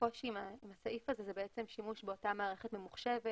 הקושי עם הסעיף הזה הוא שימוש באותה מערכת ממוחשבת,